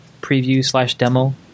preview-slash-demo